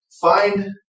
find